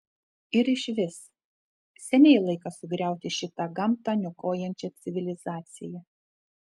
ir išvis seniai laikas sugriauti šitą gamtą niokojančią civilizaciją